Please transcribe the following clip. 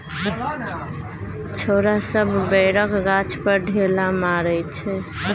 छौरा सब बैरक गाछ पर ढेला मारइ छै